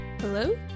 Hello